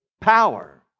power